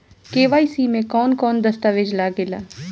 KYC में कवन कवन दस्तावेज लागे ला?